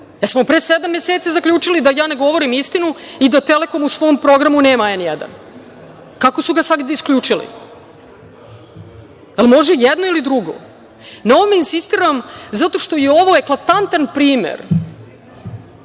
li pre sedam meseci zaključili da ja ne govorim istinu i da „Telekom“ u svom programu nema „N1“? Kako su ga sad isključili? Jel može jedno ili drugo? Na ovome insistiram zato što je ovo eklatantan primer